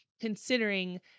considering